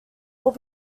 will